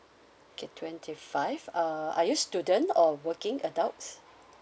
okay twenty five uh are you student or working adults